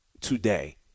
today